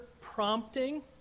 prompting